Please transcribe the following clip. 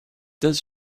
does